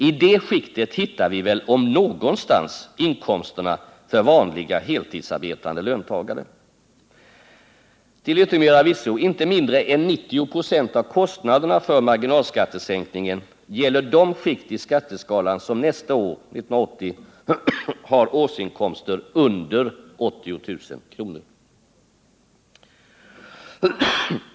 I det skiktet hittar vi väl om någonstans inkomsterna för vanliga heltidsarbetande löntagare. Till yttermera visso: inte mindre än 90 96 av kostnaderna för marginalskattesänkningen gäller de skikt i skatteskalan som nästa år, 1980, har årsinkomster under 80 000 kr.